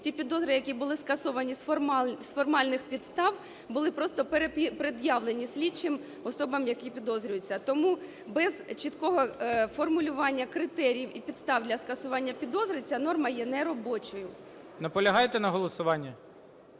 Ті підозри, які були скасовані з формальних підстав, були просто перепред'явлені слідчим особам, які підозрюються. Тому без чіткого формулювання критеріїв і підстав для скасування підозри ця норма є неробочою. ГОЛОВУЮЧИЙ. Наполягаєте на голосуванні?